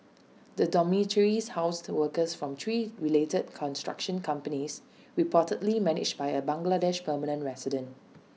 the dormitories housed workers from three related construction companies reportedly managed by A Bangladeshi permanent resident